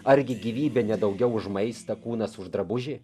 argi gyvybė ne daugiau už maistą kūnas už drabužį